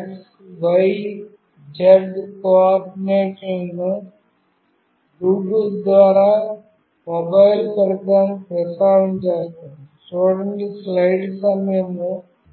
x y z కోఆర్డినేట్లను Bluetooth ద్వారా మొబైల్ పరికరానికి ప్రసారం చేస్తాము